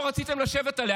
לא רציתם לשבת בה,